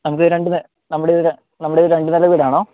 നമുക്ക് രണ്ട് നെ നമ്മുടെ വീട് നമ്മുടെ വീട് രണ്ട് നില വീടാണോ